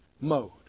mode